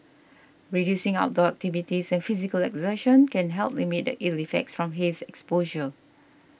reducing outdoor activities and physical exertion can help limit the ill effects from haze exposure